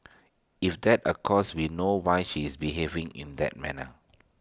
if that occurs we know why she is behaving in that manner